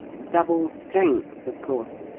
double strength, of course.